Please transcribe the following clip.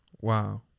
Wow